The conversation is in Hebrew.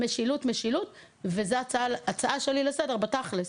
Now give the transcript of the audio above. משילות, משילות וזה הצעה שלי לסדר בתכל'ס.